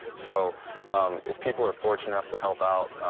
so if people are fortunate enough to help out,